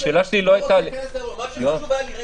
השאלה שלי לא הייתה --- יואב שתבין,